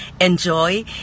Enjoy